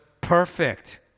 perfect